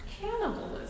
cannibalism